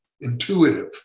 intuitive